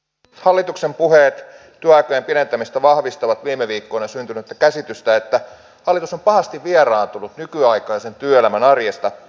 hallituksen puheet työaikojen pidentämisestä vahvistavat viime viikkoina syntynyttä käsitystä että hallitus on pahasti vieraantunut nykyaikaisen työelämän arjesta